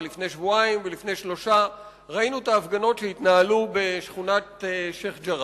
לפני שבועיים ולפני שלושה ראינו את ההפגנות שהתנהלו בשכונת שיח'-ג'ראח.